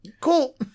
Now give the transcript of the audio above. Cool